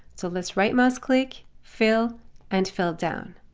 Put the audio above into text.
so let's right mouse click, fill and fill down.